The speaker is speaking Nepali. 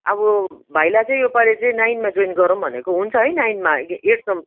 अब भाइलाई चाहिँ यो पालि चाहिँ नाइनमा जोइन गराउँ भनेको हुन्छ है नाइनमा एट सम्